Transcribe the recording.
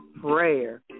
prayer